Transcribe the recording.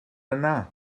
yna